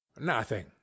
Nothing